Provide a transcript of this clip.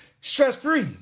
Stress-free